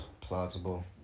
Plausible